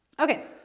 Okay